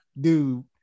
dude